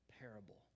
parable